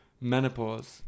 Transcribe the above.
menopause